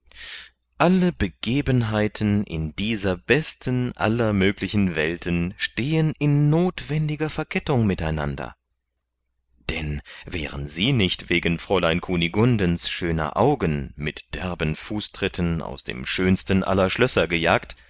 alle begebenheiten in dieser besten aller möglichen welten stehen in nothwendiger verkettung mit einander denn wären sie nicht wegen fräulein kunigundens schöner augen mit derben fußtritten aus dem schönsten aller schlösser gejagt